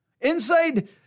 Inside